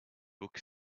book